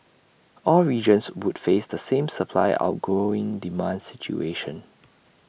all regions would face the same supply outgrowing demand situation